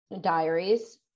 diaries